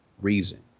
reason